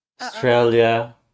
Australia